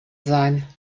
sein